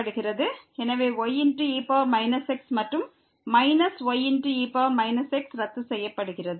எனவே y e x மற்றும் minus y e x ரத்து செய்யப்படுகிறது